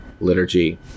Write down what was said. liturgy